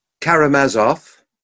Karamazov